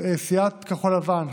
סיעת כחול לבן,